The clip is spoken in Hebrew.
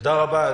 תודה רבה.